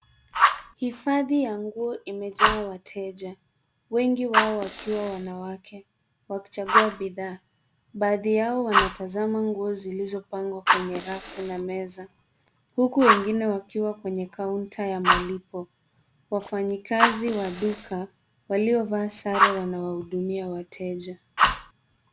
Hifadhi ya nguo imejaa wateja, wengi wao wakiwa wanawake wakichagua bidhaa. Baadhi yao wanatazama nguo zilizopangwa kwenye rafu na meza huku wengine wakiwa kwenye kaunta ya malipo. Wafanyikazi wa duka waliovaa sare wanawahudumia wateja.